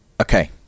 Okay